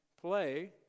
play